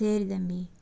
சரி தம்பி